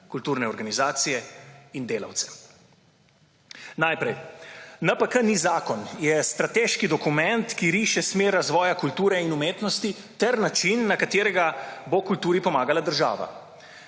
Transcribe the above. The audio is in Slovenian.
kulturne organizacije in delavcev. Najprej. NPK ni zakon, je strateški dokument, ki riše smer razvoja kulture in umetnosti ter način na katerega bo kulturi pomagala država.